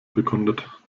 bekundet